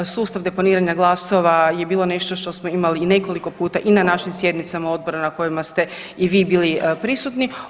Sustav deponiranja glasova je bilo nešto što smo imali i nekoliko puta i na našim sjednicama odbora na kojima ste i vi bili prisutni.